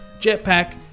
jetpack